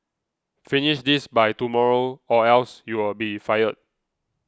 finish this by tomorrow or else you'll be fired